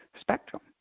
spectrum